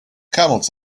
camels